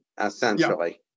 essentially